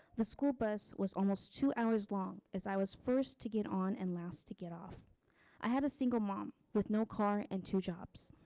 the school bus was almost two hours long. as i was first to get on and last to get off i had a single mom with no car and two jobs.